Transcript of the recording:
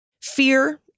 fear